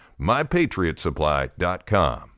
MyPatriotSupply.com